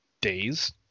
days